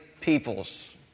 peoples